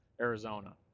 Arizona